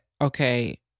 okay